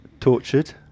tortured